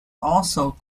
also